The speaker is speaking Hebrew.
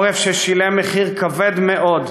עורף ששילם מחיר כבר מאוד